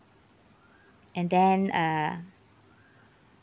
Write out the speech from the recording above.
and then uh